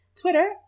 Twitter